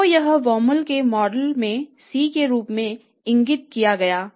तो यह Baumol के मॉडल में C के रूप में इंगित किया गया है